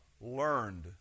learned